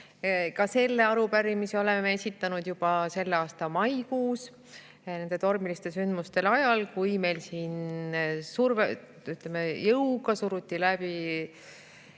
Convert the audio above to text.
Ka selle arupärimise oleme esitanud juba selle aasta maikuus nende tormiliste sündmuste ajal, kui meil siin jõuga suruti läbi